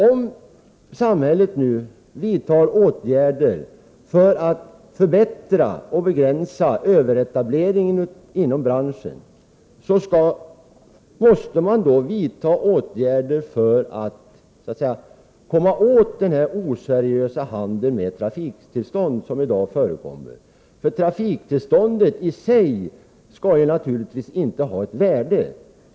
Om samhället nu vidtar åtgärder för att förbättra och begränsa överetableringen inom branschen, måste man vidta åtgärder för att komma åt den oseriösa handel med trafiktillstånd som förekommer i dag. Ett trafiktillstånd skall naturligtvis inte i sig ha ett värde.